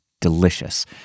delicious